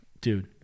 Dude